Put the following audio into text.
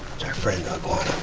our friend iguana,